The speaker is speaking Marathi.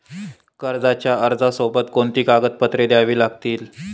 कर्जाच्या अर्जासोबत कोणती कागदपत्रे द्यावी लागतील?